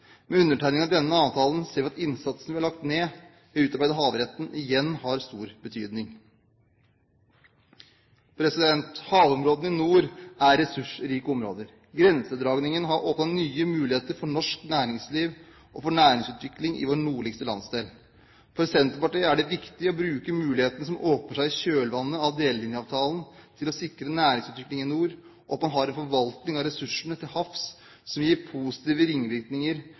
Med undertegning av denne avtalen ser vi at innsatsen vi har lagt ned ved å utarbeide havretten, igjen har hatt stor betydning. Havområdene i nord er ressursrike områder. Grensedragningen har åpnet nye muligheter for norsk næringsliv og for næringsutvikling i vår nordligste landsdel. For Senterpartiet er det viktig å bruke mulighetene som åpner seg i kjølvannet av delelinjeavtalen, til å sikre næringsutvikling i nord og en forvaltning av ressursene til havs som gir positive ringvirkninger